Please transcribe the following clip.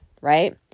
right